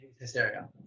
hysteria